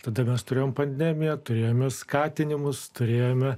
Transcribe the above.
tada mes turėjome pandemiją turėjome skatinimus turėjome